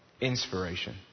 Inspiration